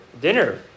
dinner